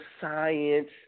science